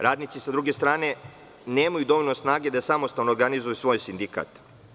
Radnici sa druge strane nemaju dovoljno snage da samostalno organizuju svoj sindikat.